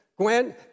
Gwen